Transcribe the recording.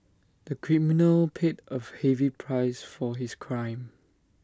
the criminal paid A heavy price for his crime